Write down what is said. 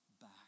back